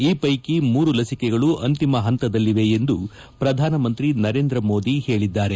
ಈ ಪೈಕಿ ಮೂರು ಲಸಿಕೆಗಳು ಅಂತಿಮ ಹಂತದಲ್ಲಿವೆ ಎಂದು ಪ್ರಧಾನಮಂತ್ರಿ ನರೇಂದ್ರ ಮೋದಿ ಹೇಳಿದ್ದಾರೆ